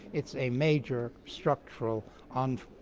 it's a major structural and